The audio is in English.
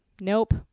nope